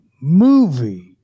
movie